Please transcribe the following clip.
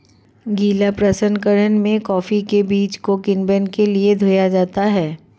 गीला प्रसंकरण में कॉफी के बीज को किण्वन के लिए धोया जाता है